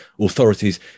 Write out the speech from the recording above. authorities